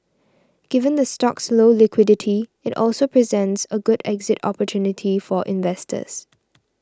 given the stock's low liquidity it also presents a good exit opportunity for investors